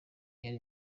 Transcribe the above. yari